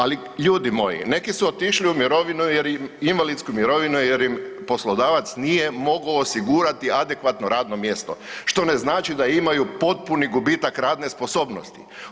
Ali ljudi moji, neki su otišli u mirovinu jer im, invalidsku mirovinu jer im poslodavac nije mogo osigurat adekvatno radno mjesto, što ne znači da imaju potpuni gubitak radne sposobnosti.